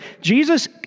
Jesus